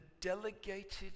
delegated